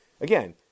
Again